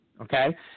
Okay